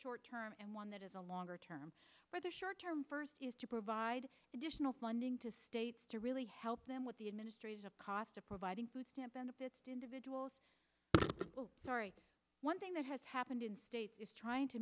short term and one that is a longer term rather short term first is to provide additional funding to states to really help them with the administrative cost of providing food stamp benefits to individuals sorry one thing that has happened in states is trying to